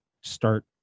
start